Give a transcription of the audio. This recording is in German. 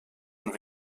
und